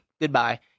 Goodbye